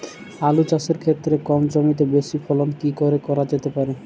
আলু চাষের ক্ষেত্রে কম জমিতে বেশি ফলন কি করে করা যেতে পারে?